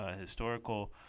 historical